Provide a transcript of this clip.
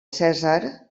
cèsar